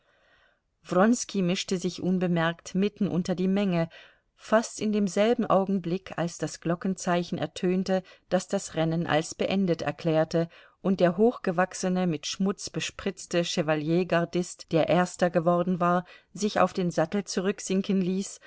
wronski mischte sich unbemerkt mitten unter die menge fast in demselben augenblick als das glockenzeichen ertönte das das rennen als beendet erklärte und der hochgewachsene mit schmutz bespritzte chevaliergardist der erster geworden war sich auf den sattel zurücksinken ließ